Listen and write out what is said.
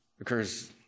occurs